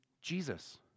Jesus